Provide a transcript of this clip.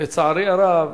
לצערי הרב,